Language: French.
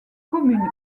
commune